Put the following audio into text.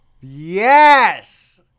Yes